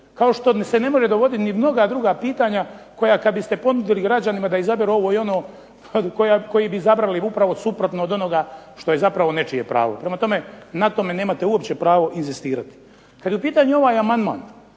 Kako što se ne mogu dogoditi i mnoga druga pitanja koja kada bi ste ponudili građanima da izaberu ovo ili ono, koji bi izabrali upravo suprotno od onoga što je nečije pravo. Prema tome, na tome nemate pravo inzistirati. Kada je u pitanju ovaj amandman,